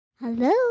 Hello